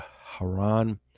Haran